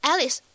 Alice